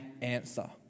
answer